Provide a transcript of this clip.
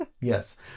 Yes